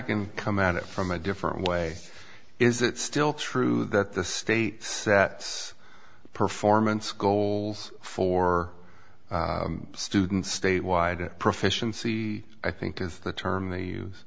can come out from a different way is that still true that the state sets performance goals for students statewide proficiency i think is the term they use